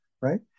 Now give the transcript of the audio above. right